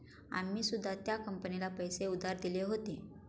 आम्ही सुद्धा त्या कंपनीला पैसे उधार दिले होते